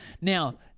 Now